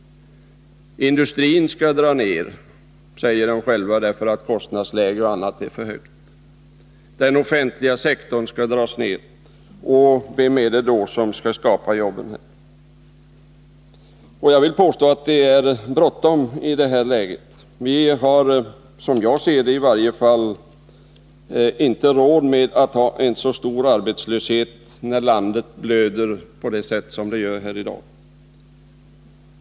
Industrisysselsättningen skall dras ner, säger man själv, därför att kostnadsläget är för högt m.m. Den offentliga sektorn skall dras ned. Vem skall då skapa jobben? Jag vill påstå att det är bråttom i det här läget. Vi har enligt min mening inte råd att ha en så hög arbetslöshet när landet blöder på det sätt som det gör i dag.